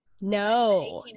no